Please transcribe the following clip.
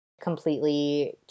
completely